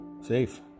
safe